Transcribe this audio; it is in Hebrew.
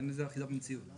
אין לזה אחיזה במציאות.